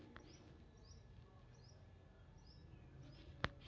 ಗಾಡಿ ತಗೋಳಾಕ್ ಎಷ್ಟ ಸಾಲ ಕೊಡ್ತೇರಿ?